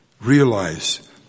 realize